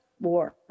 war